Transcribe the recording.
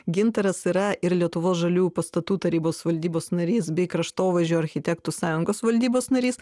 gintaras yra ir lietuvos žaliųjų pastatų tarybos valdybos narys bei kraštovaizdžio architektų sąjungos valdybos narys